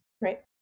Right